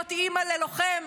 להיות אימא ללוחם